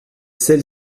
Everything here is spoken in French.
celle